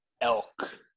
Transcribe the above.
Elk